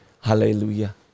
Hallelujah